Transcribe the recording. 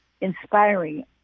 inspiring